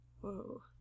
Whoa